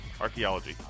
archaeology